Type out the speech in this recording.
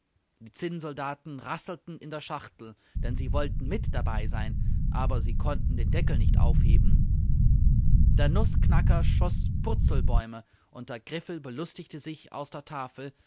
die zinnsoldaten rasselten in der schachtel denn sie wollten mit dabei sein aber sie konnten den deckel nicht aufheben der nußknacker schoß purzelbäume und der griffel belustigte sich auf der tafel